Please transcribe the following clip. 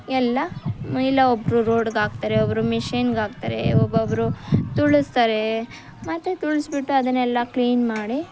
ಎಲ್ಲ ಇಲ್ಲ ಒಬ್ಬರು ರೋಡ್ಗೆ ಹಾಕ್ತಾರೆ ಒಬ್ಬರು ಮಿಷೆನ್ಗೆ ಹಾಕ್ತಾರೆ ಒಬ್ಬೊಬ್ರು ತುಳಿಸ್ತಾರೆ ಮತ್ತೆ ತುಳಿಸ್ಬಿಟ್ಟು ಅದನ್ನೆಲ್ಲ ಕ್ಲೀನ್ ಮಾಡಿ